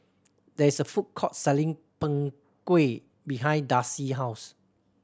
there is a food court selling Png Kueh behind Darcy's house